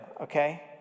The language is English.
okay